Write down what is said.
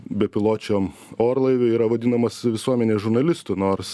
bepiločiam orlaivį yra vadinamas visuomenės žurnalistu nors